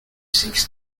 six